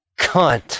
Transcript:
Cunt